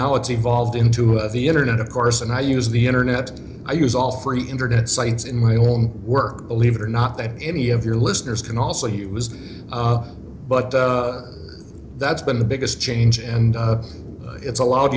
now it's evolved into the internet of course and i use the internet i use all free internet sites in my own work believe it or not there any of your listeners can also use but that's been the biggest change and it's allowed